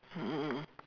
mm mm mm mm